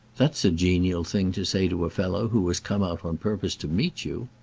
that's a genial thing to say to a fellow who has come out on purpose to meet you!